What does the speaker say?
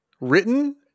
written